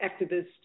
activists